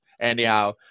anyhow